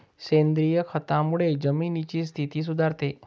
सेंद्रिय खतामुळे जमिनीची स्थिती सुधारते